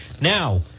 Now